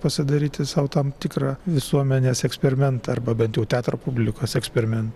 pasidaryti sau tam tikrą visuomenės eksperimentą arba bent jau teatro publikos eksperimentą